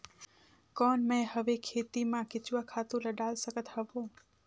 कौन मैं हवे खेती मा केचुआ खातु ला डाल सकत हवो?